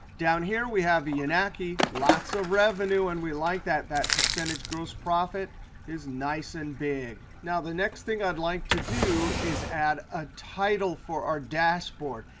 down here we have yanaki. lots of revenue, and we like that. that percentage gross profit is nice and big. now, the next thing i'd like to do is add a title for our dashboard.